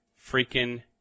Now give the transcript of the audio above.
freaking